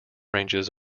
ranges